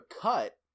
cut